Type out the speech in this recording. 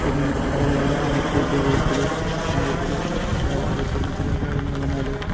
പിന്നെ നമുക്ക് കേരളത്തിൽ ഏറ്റവും കൂടുതൽ അറിയപ്പെടുന്ന ചില കാര്യങ്ങളെന്ന് പറഞ്ഞാൽ